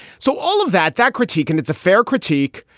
so all of that that critique and it's a fair critique.